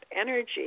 energy